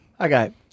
Okay